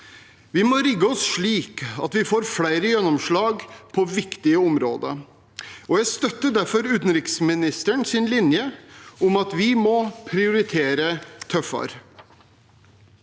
Vi må rigge oss slik at vi får flere gjennomslag på viktige områder, og jeg støtter derfor utenriksministerens linje om at vi må prioritere tøffere.